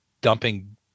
dumping